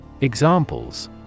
Examples